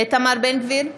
גביר,